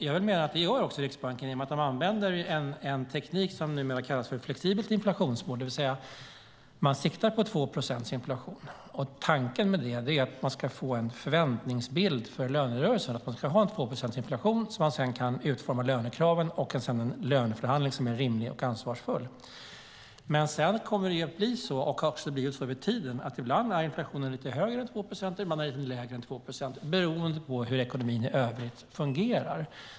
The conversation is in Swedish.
Jag menar att Riksbanken gör så genom att man använder en teknik som kallas för flexibelt inflationsmål, det vill säga att man siktar på 2 procents inflation. Tanken med det är att man ska få en förväntningsbild för lönerörelsen, alltså att man ska ha 2 procents inflation så att man sedan kan utforma lönekraven och sedan få en löneförhandling som är rimlig och ansvarsfull. Men sedan kommer det att bli så, och har blivit så över tiden, att inflationen ibland är lite högre än 2 procent och ibland lite lägre än 2 procent beroende på hur ekonomin i övrigt fungerar.